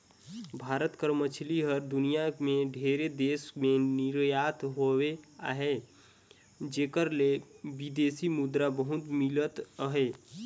भारत कर मछरी हर दुनियां में ढेरे देस में निरयात होवत अहे जेकर ले बिदेसी मुद्रा बहुत मिलत अहे